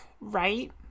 right